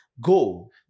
go